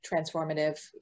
transformative